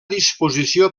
disposició